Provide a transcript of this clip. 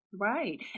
right